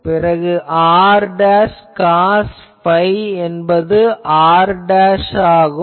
பிறகு r cos phi என்பது r ஆகும்